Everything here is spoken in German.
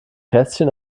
kästchen